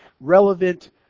relevant